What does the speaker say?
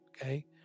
okay